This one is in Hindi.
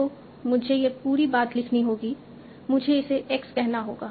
तो मुझे यह पूरी बात लिखनी होगी मुझे इसे X कहना होगा